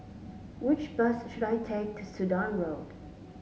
which bus should I take to Sudan Road